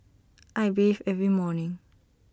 I bathe every morning